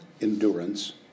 endurance